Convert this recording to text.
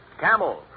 camel